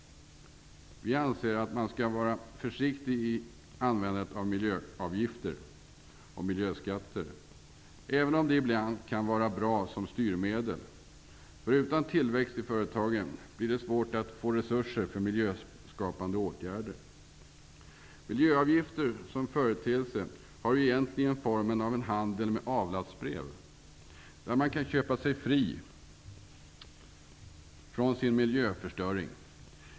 Vi anser att man skall vara försiktig i användandet av miljöavgifter och miljöskatter, även om de ibland kan vara bra som styrmedel, för utan tillväxt i företagen blir det svårt att få resurser för miljöförbättrande åtgärder. Miljöavgifter som företeelse har egentligen formen av en handel med avlatsbrev, där man kan köpa sig fri från sin miljöförstöring.